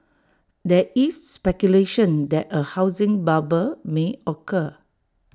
there is speculation that A housing bubble may occur